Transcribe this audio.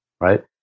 right